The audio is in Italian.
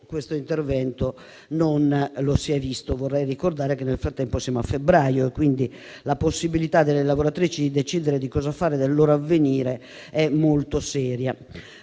questo intervento non lo si è visto. Vorrei ricordare che nel frattempo siamo a febbraio e quindi la possibilità delle lavoratrici di decidere cosa fare del loro avvenire è molto seria.